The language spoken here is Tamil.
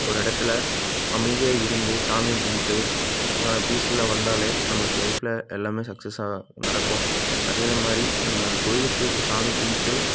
ஒரு இடத்துல அமைதியாக இருந்து சாமியை கும்பிட்டு பீஸ்ஃபுல்லாக வந்தாலே நம்மளுக்கு லைஃப்பில் எல்லாமே சக்சஸ்ஸாக நடக்கும் அதே மாதிரி நம்ம கோவிலுக்கு போயிட்டு சாமி கும்பிட்டு